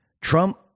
Trump